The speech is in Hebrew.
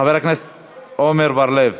חבר הכנסת עמר בר-לב,